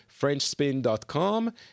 frenchspin.com